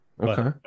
Okay